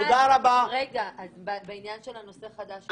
אז בעניין הנושא חדש?